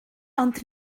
ond